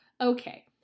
Okay